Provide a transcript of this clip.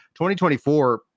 2024